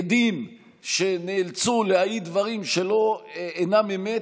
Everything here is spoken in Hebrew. עדים שנאלצו להעיד דברים שאינם אמת,